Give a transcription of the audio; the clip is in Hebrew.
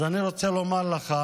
אז אני רוצה לומר לך,